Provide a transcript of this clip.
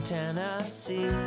Tennessee